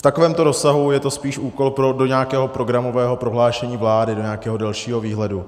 V takovémto rozsahu je to spíš úkol do nějakého programového prohlášení vlády do nějakého dalšího výhledu.